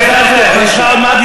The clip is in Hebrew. אני לא תקפתי אותך אישית.